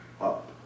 up